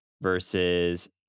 versus